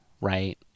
Right